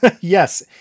Yes